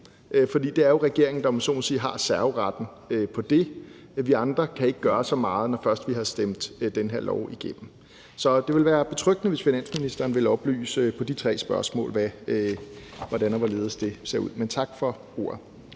For det er jo regeringen, der har serveretten på det, om jeg så må sige. Vi andre kan ikke gøre så meget, når først vi har stemt den her lov igennem. Så det ville være betryggende, hvis finansministeren ville oplyse os om, hvordan og hvorledes det ser ud i forhold